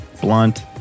blunt